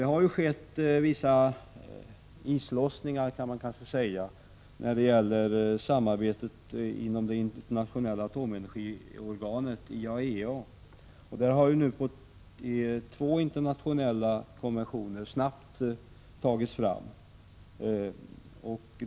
Det har skett en viss islossning vad gäller samarbetet inom det internationella atomenergiorganet IAEA. Bl.a. har två internationella konventioner snabbt tagits fram.